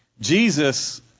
Jesus